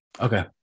Okay